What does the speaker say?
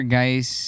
guys